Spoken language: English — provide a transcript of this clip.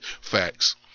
Facts